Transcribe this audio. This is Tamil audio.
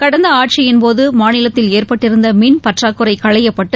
கடந்த ஆட்சியின்போது மாநிலத்தில் ஏற்பட்டிருந்த மின் பற்றாக்குறை களையப்பட்டு